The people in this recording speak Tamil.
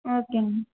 ஓகேங்கண்ணா